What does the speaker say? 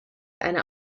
eine